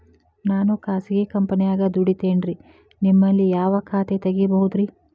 ನಾನು ಖಾಸಗಿ ಕಂಪನ್ಯಾಗ ದುಡಿತೇನ್ರಿ, ನಿಮ್ಮಲ್ಲಿ ಯಾವ ಖಾತೆ ತೆಗಿಬಹುದ್ರಿ?